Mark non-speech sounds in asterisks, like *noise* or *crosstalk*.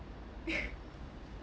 *laughs*